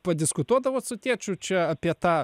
padiskutuodavot su tėčiu čia apie tą